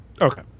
okay